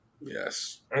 Yes